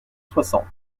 soixante